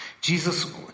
Jesus